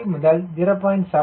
5 முதல் 0